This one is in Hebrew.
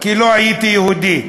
כי לא הייתי יהודי,